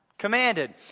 commanded